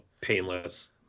painless